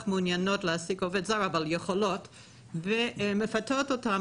מעוניינות להעסיק עובד זר אבל יכולות ומפטרות אותם,